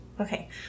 Okay